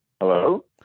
Hello